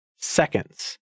seconds